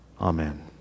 Amen